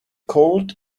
cold